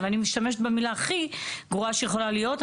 אני משתמשת במילה הכי גרועה שיכולה להיות,